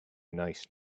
nice